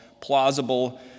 plausible